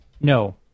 No